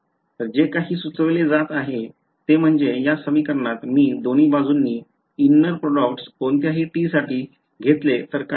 तर जे काही सुचविले जात आहे ते म्हणजे या समीकरणात मी दोन्ही बाजूंनी inner products कोणत्याही t साठी घेतले तर काय होईल